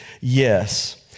yes